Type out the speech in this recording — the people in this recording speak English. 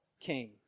king